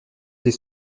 des